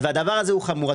הדבר זה הוא חמור.